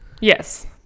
Yes